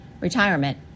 retirement